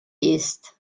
ist